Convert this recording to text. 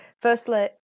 firstly